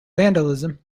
vandalism